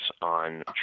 on